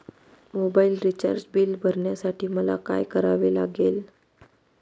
Mobile recharge bill भरण्यासाठी मला काय करावे लागेल?